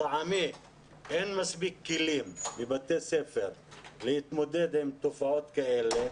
לטעמי אין מספיק כלים בבתי הספר להתמודד עם תופעות כאלה,